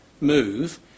move